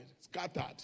scattered